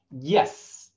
Yes